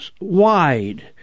wide